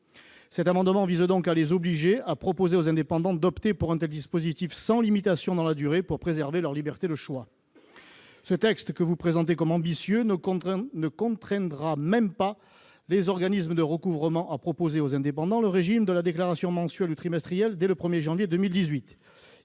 Cet amendement vise à les obliger à proposer aux indépendants d'opter pour un tel dispositif sans limitation de durée afin de préserver leur liberté de choix. Le texte que vous présentez comme ambitieux ne contraindra même pas les organismes de recouvrement à proposer aux indépendants le régime de la déclaration mensuelle ou trimestrielle dès le 1 janvier 2018.